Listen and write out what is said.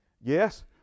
Yes